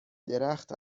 درخت